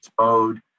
mode